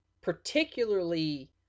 particularly